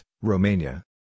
Romania